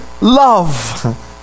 love